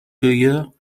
cueilleurs